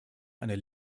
einer